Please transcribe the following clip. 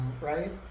right